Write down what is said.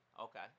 Okay